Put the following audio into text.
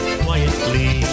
quietly